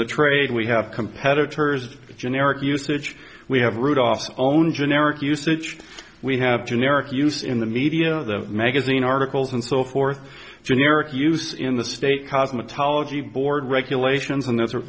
the trade we have competitors generic usage we have rudolph's own generic usage we have generic use in the media the magazine articles and so forth generic use in the state cosmetology board regulations and th